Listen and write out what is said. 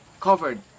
covered